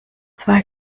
zwei